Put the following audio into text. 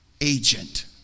agent